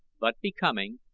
but becoming,